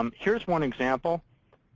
um here's one example.